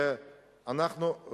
ואנחנו,